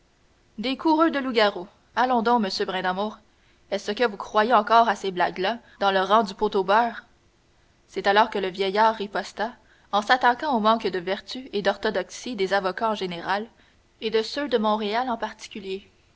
des coureux de loup-garou allons donc m brindamour est-ce que vous croyez encore à ces blagues là dans le rang du pot au beurre c'est alors que le vieillard riposta en s'attaquant au manque de vertu et d'orthodoxie des avocats en général et de ceux de montréal en particulier